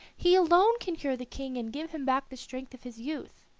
he alone can cure the king and give him back the strength of his youth.